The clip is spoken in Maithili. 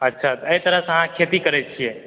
अच्छा तऽ एहि तरहसे अहाँ खेती करै छियै